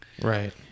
Right